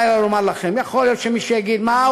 אלא לומר לכם: יכול להיות שמישהו יגיד: מה,